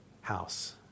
house